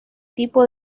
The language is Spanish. tipo